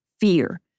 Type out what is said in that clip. fear